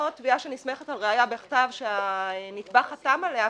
או תביעה שנסמכת על ראיה בכתב שהנתבע חתם עליה,